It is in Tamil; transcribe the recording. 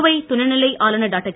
புதுவை துணைநிலை ஆளுநர் டாக்டர்